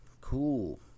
cool